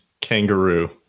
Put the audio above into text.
kangaroo